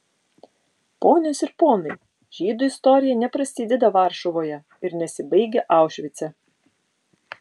ponios ir ponai žydų istorija neprasideda varšuvoje ir nesibaigia aušvice